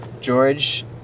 George